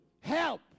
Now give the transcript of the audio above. help